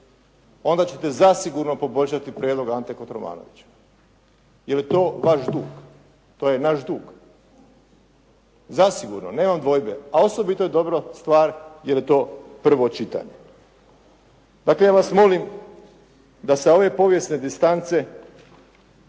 onda ćete zasigurno poboljšati prijedlog Ante Kotromanovića. Jer je to vaš dug. To je naš dug. Zasigurno, nemam dvojbe, a osobito je dobra stvar jer je to prvo čitanje. Dakle, ja vas molim da sa ove povijesne distance